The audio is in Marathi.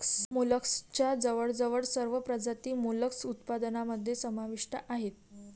मोलस्कच्या जवळजवळ सर्व प्रजाती मोलस्क उत्पादनामध्ये समाविष्ट आहेत